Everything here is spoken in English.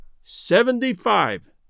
Seventy-five